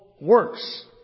works